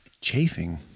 Chafing